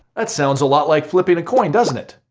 that sounds a lot like flipping a coin doesn't it?